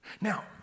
Now